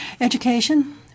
Education